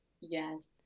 Yes